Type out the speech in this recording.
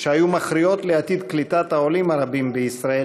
שהיו מכריעות לעתיד קליטת העולים הרבים בישראל,